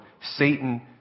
Satan